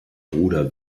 bruder